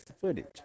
footage